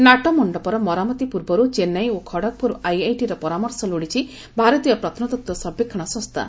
ନାଟମଣ୍ଡପର ମରାମତି ପୂର୍ବରୁ ଚେନ୍ନାଇ ଓ ଖଡଗପୁର ଆଇଆଇଟିର ପରାମର୍ଶ ଲୋଡିଛି ଭାରତୀୟ ପ୍ରତ୍ନତତ୍ତ୍ ସର୍ବେକ୍ଷଣ ସଂସ୍ଥା